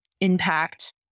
impact